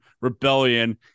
rebellion